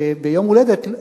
שביום הולדת,